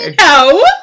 No